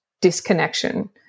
disconnection